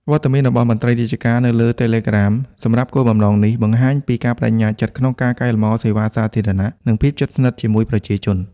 វត្តមានរបស់មន្ត្រីរាជការនៅលើ Telegram សម្រាប់គោលបំណងនេះបង្ហាញពីការប្ដេជ្ញាចិត្តក្នុងការកែលម្អសេវាសាធារណៈ និងភាពជិតស្និទ្ធជាមួយប្រជាជន។